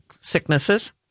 sicknesses